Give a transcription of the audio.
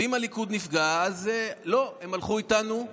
ואם הליכוד נפגע, לא, הם הלכו איתנו.